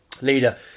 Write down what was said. leader